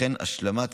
לכן, השלמת